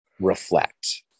reflect